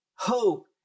Hope